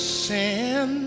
sin